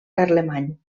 carlemany